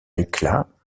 éclats